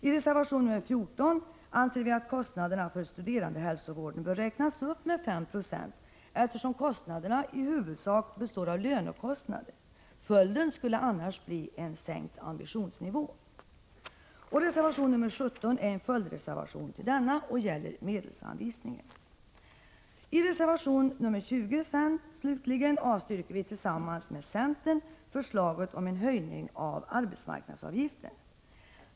I reservation nr 14 anser vi att kostnaderna för studerandehälsovården bör räknas upp med 5 96, eftersom kostnaderna i huvudsak består av lönekostnader. Följden skulle annars bli en sänkt ambitionsnivå. I reservation nr 20 slutligen avstyrker vi tillsammans med centern förslaget om en höjning av arbetsmarknadsavgiften.